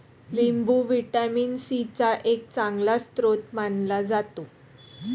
लिंबू vitamin C चा एक चांगला स्रोत मानला जातो